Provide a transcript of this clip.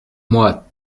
moi